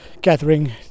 gathering